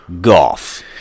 golf